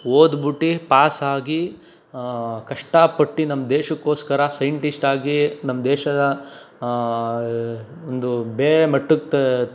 ಓದ್ಬಿಟ್ಟಿ ಪಾಸಾಗಿ ಕಷ್ಟಪಟ್ಟು ನಮ್ಮ ದೇಶಕ್ಕೋಸ್ಕರ ಸೈಂಟಿಸ್ಟಾಗಿ ನಮ್ಮ ದೇಶದ ಒಂದು ಬೇರೆ ಮಟ್ಟಕ್ಕೆ ತಾ